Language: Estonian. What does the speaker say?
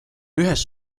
ühest